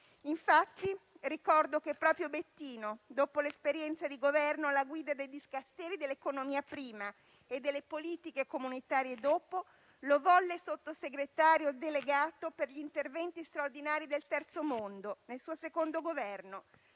Infatti, ricordo che proprio Bettino, dopo l'esperienza di Governo alla guida dei dicasteri dell'economia, prima, e delle politiche comunitarie, dopo, lo volle Sottosegretario delegato per gli interventi straordinari del Terzo mondo nel suo secondo Governo,